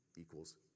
equals